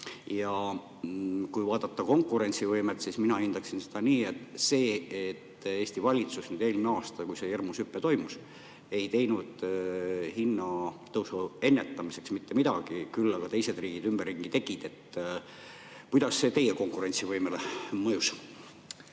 Kui vaadata konkurentsivõimet, siis mina hindaksin seda [selle põhjal], et Eesti valitsus eelmine aasta, kui see hirmus hüpe toimus, ei teinud hinnatõusu ennetamiseks mitte midagi, küll aga tegid teised riigid ümberringi. Kuidas see teie konkurentsivõimele mõjus?